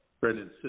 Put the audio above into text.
Brendan